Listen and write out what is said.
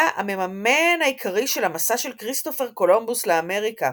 היה המממן העיקרי של המסע של כריסטופר קולומבוס לאמריקה,